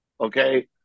okay